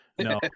No